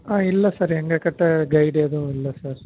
ஆ இல்லை சார் எங்கக்கிட்ட கெய்டு எதுவும் இல்லை சார்